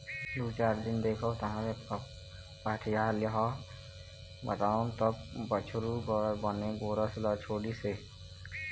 दू चार दिन देखेंव तहाँले पहाटिया ल बताएंव तब बछरू बर बने गोरस ल छोड़िस हे